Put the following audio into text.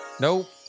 Nope